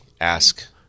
ask